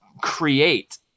create